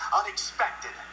unexpected